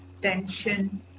tension